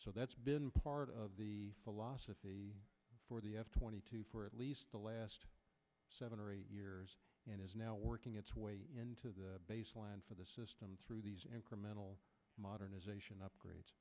so that's been part of the philosophy for the f twenty two for at least the last seven or eight years and is now working its way into the baseline for the system through these incremental modernization upgrades